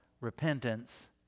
repentance